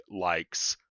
likes